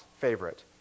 favorite